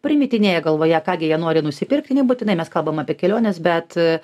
primetinėja galvoje ką gi jie nori nusipirkti nebūtinai mes kalbam apie keliones bet